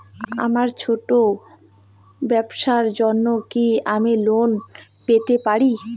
আমার ছোট্ট ব্যাবসার জন্য কি আমি লোন পেতে পারি?